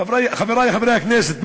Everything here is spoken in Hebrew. חברי חברי הכנסת,